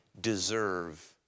deserve